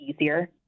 easier